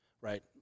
Right